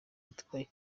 itwaye